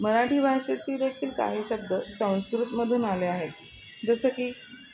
मराठी भाषेची देखील काही शब्द संस्कृतमधून आले आहेत जसं की म